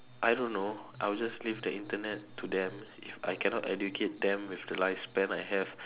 I don't know I will just leave the Internet to them if I cannot educate them with the lifespan I have